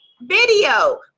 video